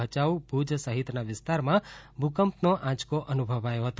ભયાઉ ભુજ સહીતના વિસ્તારમાં ભૂકંપનો આંચકો અનુભવાયો હતો